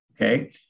Okay